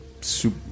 Soup